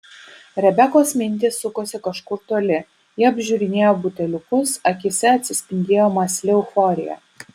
rebekos mintys sukosi kažkur toli ji apžiūrinėjo buteliukus akyse atsispindėjo mąsli euforija